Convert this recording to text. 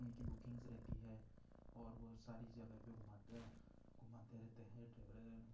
उनकी बुकिंग्स रहती हैं और वह सारी जगह पर घूमाते हैं घूमाते रहते हैं ट्रेवल